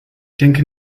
denke